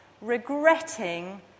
regretting